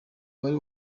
wari